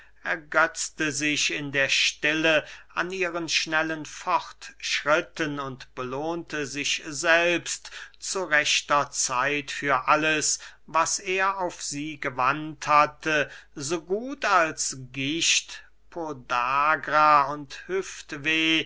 ergetzte sich in der stille an ihren schnellen fortschritten und belohnte sich selbst zu rechter zeit für alles was er auf sie gewandt hatte so gut als gicht podagra und hüftweh